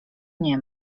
nie